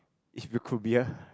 could be a